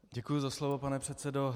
Děkuji za slovo, pane předsedo.